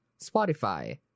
Spotify